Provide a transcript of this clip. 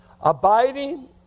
Abiding